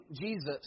Jesus